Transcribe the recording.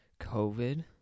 COVID